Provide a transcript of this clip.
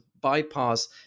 bypass